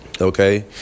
Okay